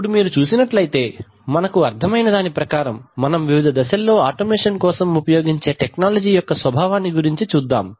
ఇప్పుడు మీరు చూసినట్లయితే మనకు అర్థం అయిన దాని ప్రకారం మనం వివిధ దశల్లో ఆటోమేషన్ కోసం ఉపయోగించే టెక్నాలజీ యొక్క స్వభావాన్ని గురించి చూద్దాం